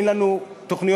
אין לנו תוכניות